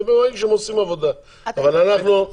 אבל אנחנו,